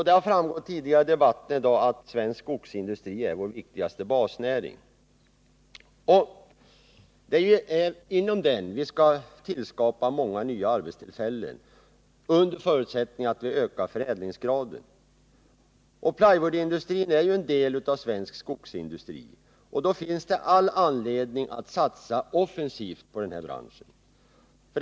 Det har framgått av tidigare debatter i dag att svensk skogsindustri är vår viktigaste basnäring. Det är inom den vi skall skapa många nya arbetstillfällen under förutsättning att vi ökar förädlingsgraden. Plywoodindustrin är ju en svensk skogsindustri. Då finns det all anledning att satsa offensivt på den branschen.